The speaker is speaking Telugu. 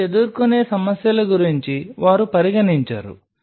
మీరు ఎదుర్కొనే సమస్యల గురించి వారు పరిగణించరు